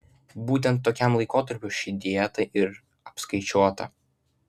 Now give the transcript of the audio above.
būtent tokiam laikotarpiui ši dieta ir apskaičiuota